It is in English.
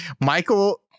Michael